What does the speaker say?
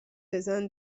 بزن